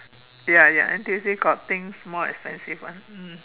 ya ya N_T_U_C got things more expensive [one] mm